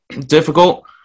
difficult